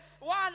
one